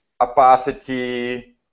opacity